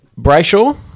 Brayshaw